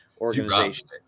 organization